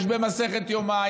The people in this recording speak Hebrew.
יש במסכת יומא,